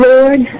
Lord